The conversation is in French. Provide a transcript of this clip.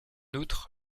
outre